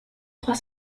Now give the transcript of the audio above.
trois